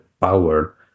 power